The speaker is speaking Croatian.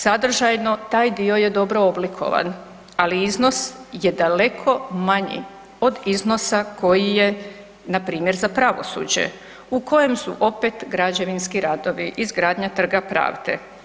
Sadržajno, taj dio je dobro oblikovan, ali iznos je daleko manji od iznosa koji je npr. za pravosuđe u kojem su opet građevinski radovi, izgradnja Trga pravde.